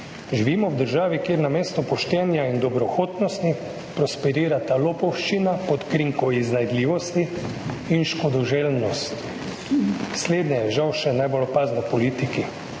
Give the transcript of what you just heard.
Živimo v državi, kjer namesto poštenja in dobrohotnosti prosperirata lopovščina pod krinko iznajdljivosti in škodoželjnost. Slednje je žal še najbolj opazno politiki.